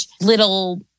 little